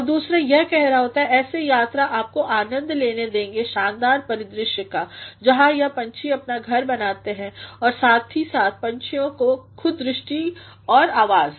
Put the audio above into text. और दुसरे यह कह कर ऐसे यात्रा आपको आनंद लेने देंगे शानदार परिदृश्य का जहाँयह पक्षी अपना घर बनाते हैं साथ ही साथ पक्षियों की खुद की दृष्टि और आवाज़